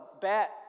bat